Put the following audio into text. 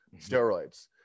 steroids